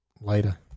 Later